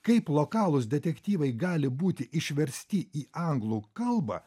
kaip lokalūs detektyvai gali būti išversti į anglų kalbą